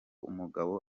umugabo